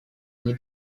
они